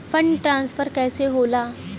Fund transfer कैसे होला?